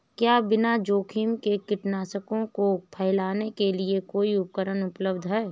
क्या बिना जोखिम के कीटनाशकों को फैलाने के लिए कोई उपकरण उपलब्ध है?